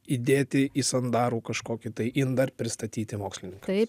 įdėti į sandarų kažkokį tai indą ir pristatyti mokslininkams